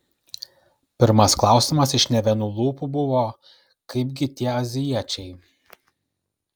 pirmas klausimas iš ne vienų lūpų buvo kaipgi tie azijiečiai